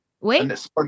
Wait